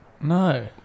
No